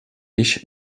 ich